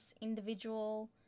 individual